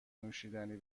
نوشیدنی